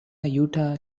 utah